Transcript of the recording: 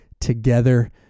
together